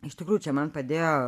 iš tikrųjų čia man padėjo